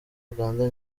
uganda